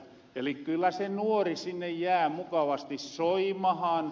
eli kyllä se nuorella sinne jää mukavasti soimahan